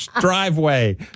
driveway